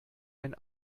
ein